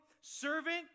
servant